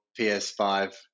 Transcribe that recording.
PS5